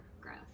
growth